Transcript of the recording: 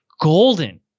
golden